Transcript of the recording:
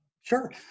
Sure